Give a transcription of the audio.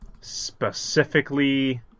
specifically